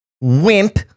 Wimp